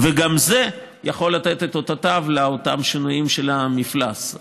וגם זה יכול לתת את אותותיו באותם שינויים של המפלס.